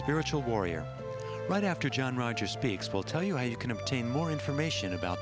spiritual warrior right after john rogers speaks we'll tell you why you can obtain more information about